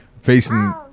facing